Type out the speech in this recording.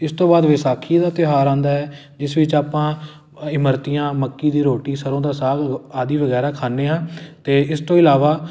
ਇਸ ਤੋਂ ਬਾਅਦ ਵਿਸਾਖੀ ਦਾ ਤਿਉਹਾਰ ਆਉਂਦਾ ਹੈ ਜਿਸ ਵਿੱਚ ਆਪਾਂ ਇਮਰਤੀਆਂ ਮੱਕੀ ਦੀ ਰੋਟੀ ਸਰੋਂ ਦਾ ਸਾਗ ਆਦਿ ਵਗੈਰਾ ਖਾਂਦੇ ਹਾਂ ਅਤੇ ਇਸ ਤੋਂ ਇਲਾਵਾ